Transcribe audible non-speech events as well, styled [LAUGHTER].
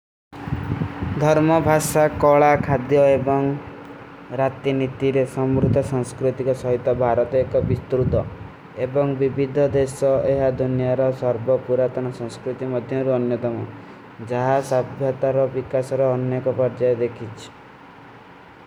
ଧର୍ମଭାସା, କୌଲା, ଖାଦ୍ଯୋ ଏବଂ ରାତି ନିତିଲେ ସମୁର୍ଥ ସଂସ୍କୃତି କୋ ସହିତା ବାରତେ ଏକ ଵିଷ୍ଟୁରୁଦୋ। ଏବଂ ଵିଭୀଦୋ ଦେଶୋ ଏହା ଦୁନ୍ଯାରୋ ସର୍ଵପୁରାତନ ସଂସ୍କୃତି ମଦ୍ଯାରୋ ଅନ୍ଯଦମୋ। ଜହାସ, ଅଭ୍ଯାତାରୋ ପିକାସରୋ ଅନ୍ଯକୋ ପର ଜାଯ ଦେଖୀଚ। [UNINTELLIGIBLE]